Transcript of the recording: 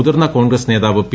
മുതിർന്ന കോൺഗ്രസ് നേതാവ് പി